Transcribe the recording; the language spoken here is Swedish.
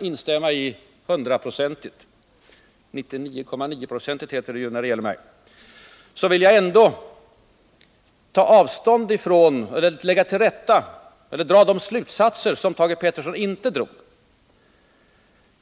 instämma i hundraprocentigt — 99,9-procentigt heter det ju när det gäller mig — vill jag ändå dra de slutsatser som Thage Peterson inte drog.